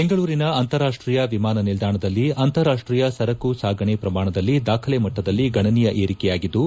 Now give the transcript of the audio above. ಬೆಂಗಳೂರಿನ ಅಂತಾರಾಷ್ಟೀಯ ವಿಮಾನ ನಿಲ್ದಾಣದಲ್ಲಿ ಅಂತಾರಾಷ್ಟೀಯ ಸರಕು ಸಾಗಣೆ ಪ್ರಮಾಣದಲ್ಲಿ ದಾಖಲೆ ಮಟ್ಟದಲ್ಲಿ ಗಣನೀಯ ಏರಿಕೆಯಾಗಿದ್ದು